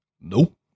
nope